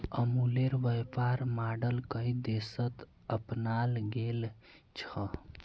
अमूलेर व्यापर मॉडल कई देशत अपनाल गेल छ